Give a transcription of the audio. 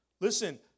Listen